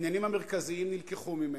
העניינים המרכזיים נלקחו ממנה.